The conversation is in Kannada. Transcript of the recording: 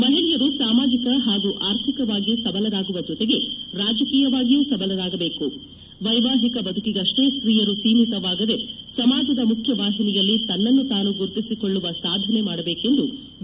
ಮಹಿಳೆಯರು ಸಾಮಾಜಿಕ ಹಾಗೂ ಆರ್ಥಿಕವಾಗಿ ಸಬಲರಾಗುವ ಜೊತೆಗೆ ರಾಜಕೀಯವಾಗಿಯೂ ಸಬಲರಾಗಬೇಕು ವೈವಾಹಿಕ ಬದುಕಿಗಷ್ಲೇ ಸ್ಟೀಯರು ಸೀಮಿತವಾಗದೆ ಸಮಾಜದಲ್ಲಿ ತನ್ನನ್ನು ತಾನು ಗುರುತಿಸಿಕೊಳ್ಳುವ ಸಾಧಕಿಯೂ ಆಗಬೇಕು ಎಂದು ಬಿ